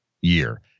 year